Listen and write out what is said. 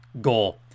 goal